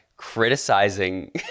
criticizing